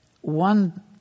one